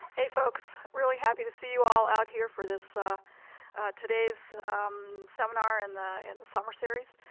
hey, folks. really happy to see you all out here for this ah today's seminar in the in the summer series.